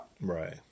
right